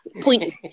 Point